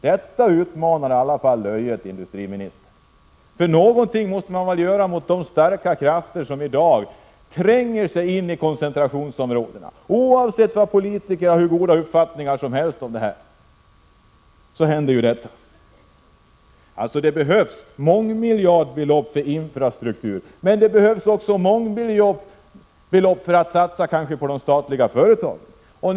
Det utmanar löjet, industriministern! Någonting måste man väl ändå göra mot de starka krafter som i dag tränger sig ini koncentrationsområdena, oavsett hur goda avsikter politikerna har. Det behövs alltså mångmiljardbelopp till infrastrukturen, men det behövs också mångmiljardbelopp för att satsa på de statliga företagen.